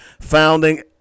founding